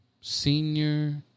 Senior